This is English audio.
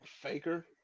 Faker